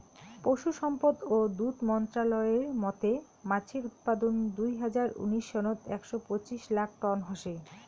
পশুসম্পদ ও দুধ মন্ত্রালয়ের মতে মাছের উৎপাদন দুই হাজার উনিশ সনত একশ পঁচিশ লাখ টন হসে